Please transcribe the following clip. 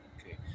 Okay